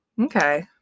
okay